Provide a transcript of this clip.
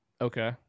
okay